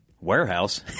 warehouse